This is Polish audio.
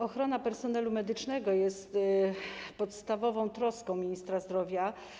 Ochrona personelu medycznego jest podstawową troską ministra zdrowia.